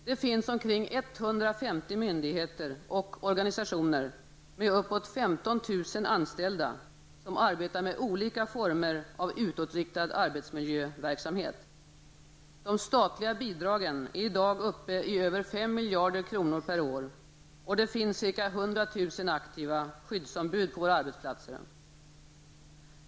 Det finns omkring 15 000 anställda som arbetar med olika former av utåtriktad arbetsmiljöverksamhet. De statliga bidragen är i dag uppe i över 5 miljarder kronor per år, och det finns ca 100 000 aktiva skyddsombud på våra arbetsplatser.